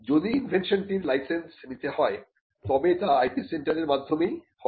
যদি ইনভেনশনটির লাইসেন্স নিতে হয় তবে তা IP সেন্টারের মাধ্যমেই হবে